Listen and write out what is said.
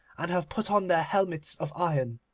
and have put on their helmets of iron.